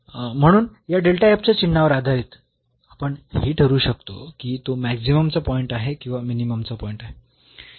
म्हणून या च्या चिन्हावर आधारित आपण हे ठरवू शकतो की तो मॅक्सिमम चा पॉईंट आहे किंवा मिनिममचा पॉईंट आहे